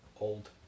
old